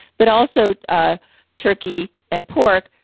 but also ah turkey and pork,